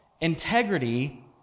Integrity